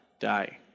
die